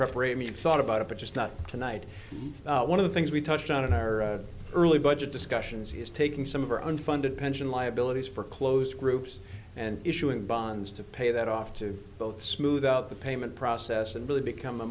preparation you thought about it but just tonight one of the things we touched on in her early budget discussions he's taking some of our unfunded pension liabilities for closed groups and issuing bonds to pay that off to both smooth out the payment process and really become a